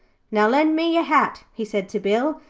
now, lend me your hat he said to bill,